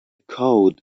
code